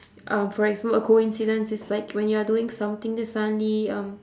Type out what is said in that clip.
um for example a coincidence is like when you're doing something then suddenly um